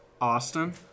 Austin